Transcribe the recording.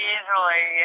Easily